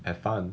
have fun